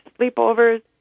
sleepovers